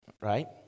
Right